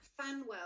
Fanwell